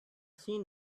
seen